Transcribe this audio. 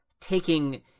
taking